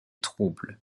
troubles